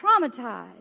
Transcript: traumatized